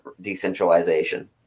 decentralization